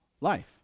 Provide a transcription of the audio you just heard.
life